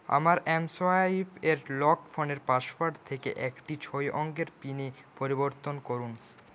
আমার এমসোয়াইপ এর লক ফোনের পাসওয়ার্ড থেকে একটি ছয় অঙ্কের পিনে পরিবর্তন করুন